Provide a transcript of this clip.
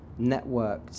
networked